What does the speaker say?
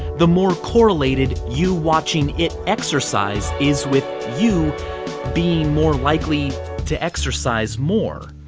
the more correlated you watching it exercise is with you being more likely to exercise more.